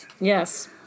Yes